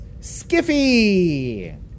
Skiffy